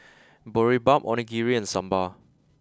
Boribap Onigiri and Sambar